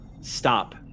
stop